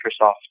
Microsoft